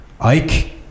Ike